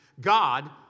God